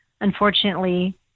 unfortunately